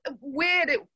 weird